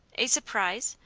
a surprise?